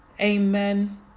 Amen